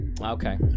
Okay